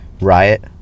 riot